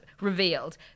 revealed